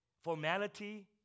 formality